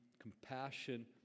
Compassion